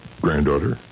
Granddaughter